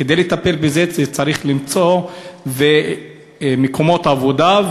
כדי לטפל בזה צריך למצוא מקומות עבודה,